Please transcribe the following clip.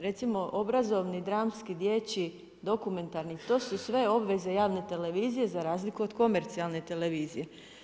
Recimo obrazovni, dramski, dječji, dokumentarni, to su sve obveze javne televizije za razliku od komercijalne televizije.